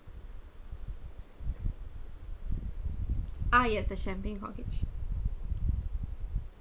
ah yes the champagne corkage